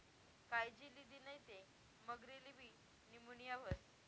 कायजी लिदी नै ते मगरलेबी नीमोनीया व्हस